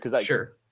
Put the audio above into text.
Sure